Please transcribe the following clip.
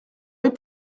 vais